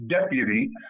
deputy